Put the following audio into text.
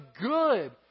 good